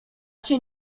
cię